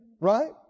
Right